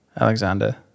Alexander